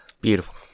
Beautiful